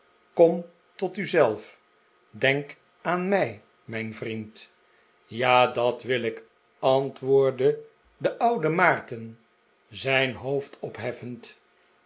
kom tot u zelf denk aan mij mijn vriend ja dat wil ik antwoordde de oude dickens maarten chuzslewit maarten zijn hoofd opheffend